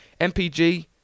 MPG